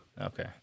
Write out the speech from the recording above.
Okay